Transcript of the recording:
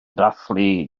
dathlu